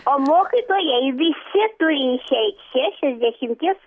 o mokytojai visi turi išeit šešiasdešimties